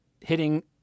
hitting